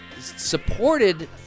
supported